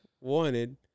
wanted